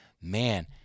man